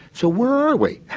so where are we,